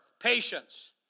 patience